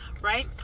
Right